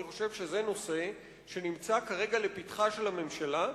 אני חושב שזה נושא שנמצא כרגע לפתחה של הממשלה,